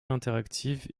interactive